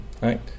right